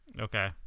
Okay